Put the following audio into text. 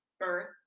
Birth